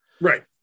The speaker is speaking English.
right